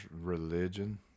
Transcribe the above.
religion